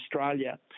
Australia